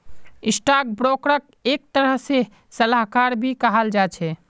stock ब्रोकरक एक तरह से सलाहकार भी कहाल जा छे